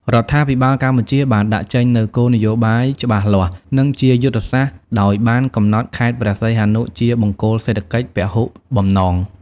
រដ្ឋាភិបាលកម្ពុជាបានដាក់ចេញនូវ គោលនយោបាយច្បាស់លាស់ និងជាយុទ្ធសាស្ត្រ ដោយបានកំណត់ ខេត្តព្រះសីហនុជា បង្គោលសេដ្ឋកិច្ចពហុបំណង។